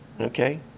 Okay